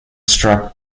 struck